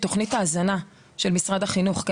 ההזנה של משרד החינוך.